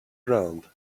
ground